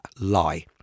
lie